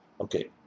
okay